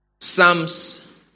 Psalms